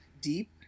deep